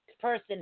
person